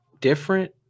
different